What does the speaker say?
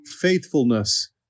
faithfulness